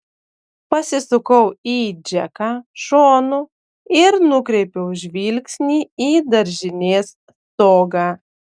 pasisukau į džeką šonu ir nukreipiau žvilgsnį į daržinės stogą